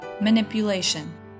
Manipulation